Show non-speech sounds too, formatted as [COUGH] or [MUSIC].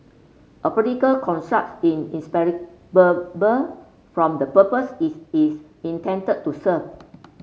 a political constructs in [UNINTELLIGIBLE] from the purpose its is intended to serve